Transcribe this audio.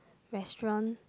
restaurant